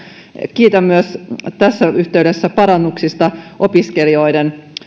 kiitän myös tässä yhteydessä parannuksista opiskelijoiden